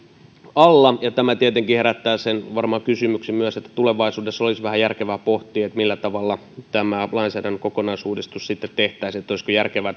alla tämä tietenkin herättää varmaan sen kysymyksen myös että tulevaisuudessa olisi vähän järkevää pohtia millä tavalla tämä lainsäädännön kokonaisuudistus sitten tehtäisiin olisiko järkevää